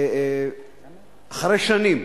אחרי שנים,